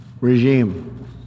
regime